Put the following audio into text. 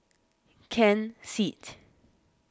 Ken Seet